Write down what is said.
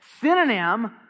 synonym